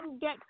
get